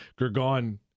Gergon